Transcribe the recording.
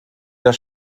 das